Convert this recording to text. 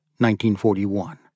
1941